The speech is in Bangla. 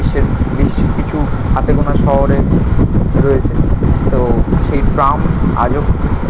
সে বিশ্বের কিছু হাতে গোনা শহরে রয়েছে তো সেই ট্রাম আজও